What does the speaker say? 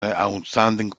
outstanding